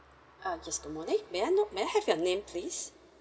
ah yes good morning may I know may I have your name please